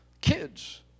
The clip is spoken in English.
kids